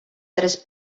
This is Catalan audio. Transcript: tres